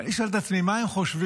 ואני שואל את עצמי מה הם חושבים,